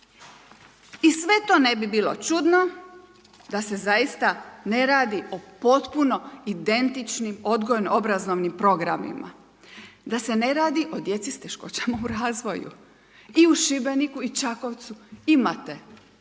I sve to ne bi bilo čudno da se zaista ne radi o potpuno identičnim odgojno-obrazovnim programima da se ne radi o djeci s teškoćama u razvoju i u Šibeniku i Čakovcu imate